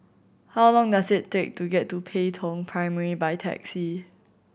how long does it take to get to Pei Tong Primary by taxi